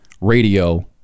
radio